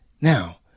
Now